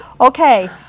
Okay